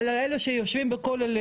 על אלה שיושבים בכולל,